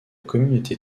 communauté